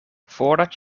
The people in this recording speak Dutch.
voordat